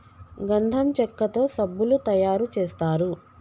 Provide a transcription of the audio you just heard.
గంధం చెక్కతో సబ్బులు తయారు చేస్తారు